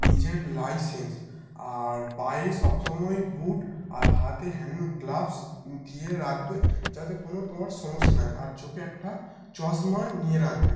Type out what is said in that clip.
নিজের লাইসেন্স আর পায়ে সব সময় বুট আর হাতে হ্যান্ড গ্লাভস দিয়ে রাখবে যাতে কোনো তোমার সমস্যা না হয় আর চোখে একটা চশমা নিয়ে রাখবে